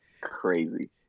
Crazy